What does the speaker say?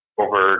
over